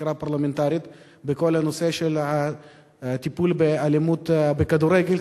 חקירה פרלמנטרית בכל הנושא של הטיפול באלימות בכדורגל,